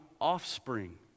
offspring